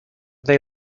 they